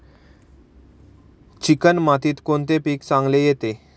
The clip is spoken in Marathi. चिकण मातीत कोणते पीक चांगले येते?